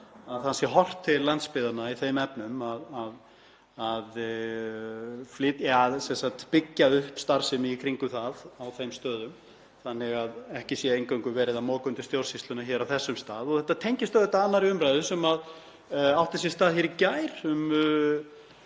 að það sé horft til landsbyggðarinnar í þeim efnum, að byggja upp starfsemi í kringum það á þeim stöðum þannig að ekki sé eingöngu verið að moka undir stjórnsýsluna hér í Reykjavík. Þetta tengist auðvitað annarri umræðu sem átti sér stað hér í gær